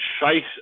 shite